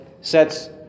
sets